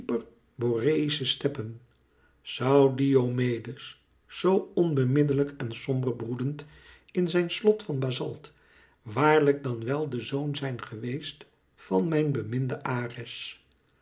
hyper boreïsche steppen zoû diomedes zoo onbeminnelijk en somber broedend in zijn slot van